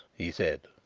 he said.